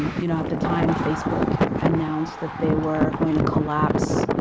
you know at the time, facebook announced that they were going to collapse